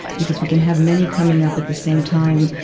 because we can have many coming up at the same time,